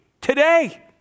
today